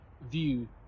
view